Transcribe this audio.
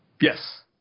Yes